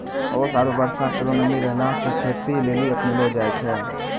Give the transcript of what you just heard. ओस आरु बर्षा केरो नमी रहला सें खेती लेलि अपनैलो जाय छै?